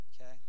Okay